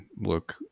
look